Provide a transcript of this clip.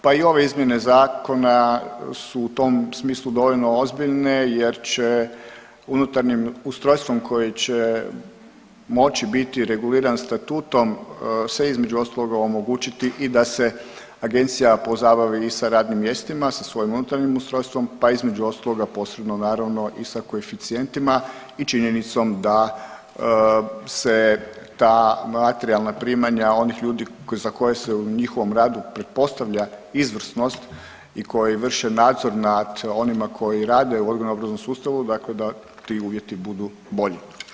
Pa i ove izmjene zakona su u tom smislu dovoljno ozbiljne jer će unutarnjim ustrojstvom koji će moći biti reguliran statutom se između ostaloga omogućiti i da se agencija pozabavi i sa radnim mjestima, sa svojim unutarnjim ustrojstvom pa između ostaloga posredno naravno i sa koeficijentima i činjenicom da se ta materijalna primanja onih ljudi za koje se u njihovom radu pretpostavlja izvrsnost i koji vrše nadzor nad onima koji rade u odgojno-obrazovnom sustavu dakle da ti uvjeti budu bolji.